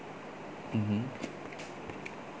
mmhmm